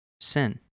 sin